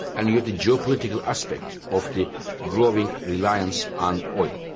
and you have the geopolitical aspect of the growing reliance on oil.